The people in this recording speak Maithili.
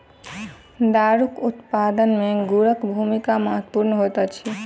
दारूक उत्पादन मे गुड़क भूमिका महत्वपूर्ण होइत अछि